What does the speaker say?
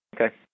Okay